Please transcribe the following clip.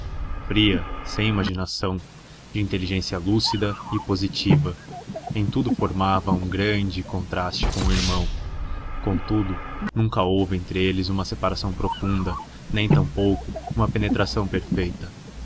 fria sem imaginação de inteligência lúcida e positiva em tudo formava um grande contraste com o irmão contudo nunca houve entre eles uma separação profunda nem tampouco uma penetração perfeita